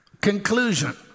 Conclusion